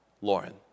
Lauren